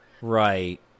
right